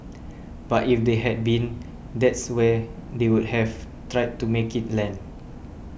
but if they had been that's where they would have tried to make it land